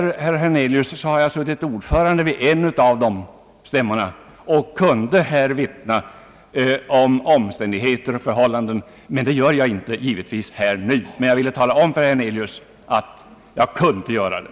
Jag har suttit som ordförande vid en av dessa stämmor och kunde här vittna om omständigheter och förhållanden. Det gör jag givetvis inte nu, men jag ville tala om för herr Hernelius att jag kunde göra det.